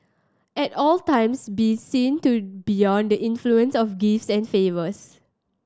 at all times be seen to beyond the influence of gifts and favours